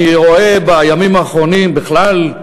אני רואה בימים האחרונים, בכלל,